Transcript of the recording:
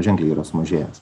ženkliai yra sumažėjęs